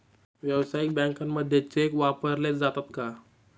व्यावसायिक बँकांमध्ये चेक वापरले जातात का?